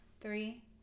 Three